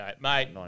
Mate